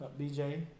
BJ